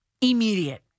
Immediate